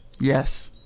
Yes